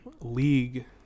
League